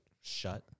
shut